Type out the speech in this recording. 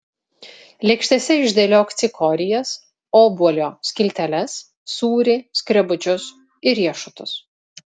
lėkštėse išdėliok cikorijas obuolio skilteles sūrį skrebučius ir riešutus